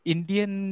Indian